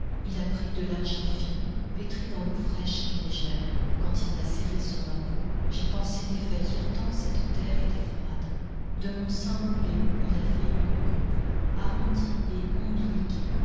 il a pris de l'argile fine pétrie dans l'eau fraîche et légère quand il l'a serrée sur ma peau j'ai pensé défaillir tant cette terre était froide de mon sein moulé il a fait une coupe arrondie et